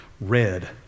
red